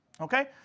Okay